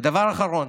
ודבר אחרון: